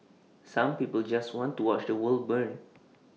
some people just want to watch the world burn